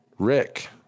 Rick